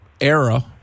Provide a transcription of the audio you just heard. era –